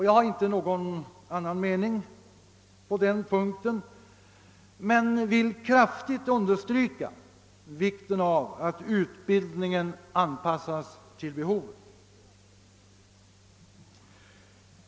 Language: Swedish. Jag har inte någon annan mening på den punkten men vill kraftigt understryka vikten av att utbildningen anpassas till behovet.